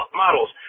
models